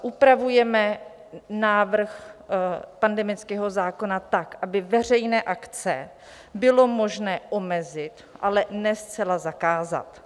Upravujeme návrh pandemického zákona tak, aby veřejné akce bylo možné omezit, ale ne zcela zakázat.